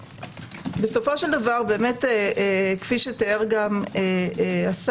בסופו של דבר, כפי שתיאר גם השר,